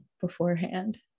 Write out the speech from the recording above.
beforehand